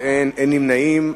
אין מתנגדים ואין נמנעים.